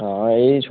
ହଁ ଏହି ଛୋଟ